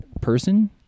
person